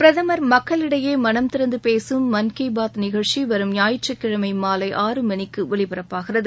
பிரதமா் மக்களிடையே மனம் திறந்து பேசும் மன் கி பாத் நிகழ்ச்சி வரும் ஞாயிற்றுக்கிழமை மாலை ஆறு மணிக்கு ஒலிபரப்பாகிறது